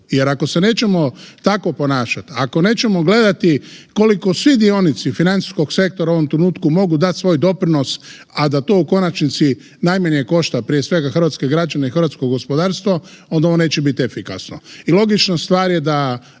jer ako se nećemo tako ponašati, ako nećemo gledati koliko svi dionici financijskog sektora u ovom trenutku mogu dati svoj doprinos, a da to u konačnici najmanje košta prije svega hrvatske građane i hrvatsko gospodarstvo onda ovo neće biti efikasno. I logična stvar je da